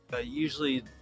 usually